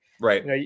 Right